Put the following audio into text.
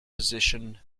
position